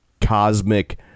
cosmic